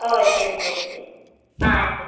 ഓ ശരി ശരി ശരി ആ ശരി